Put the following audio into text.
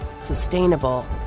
sustainable